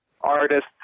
artists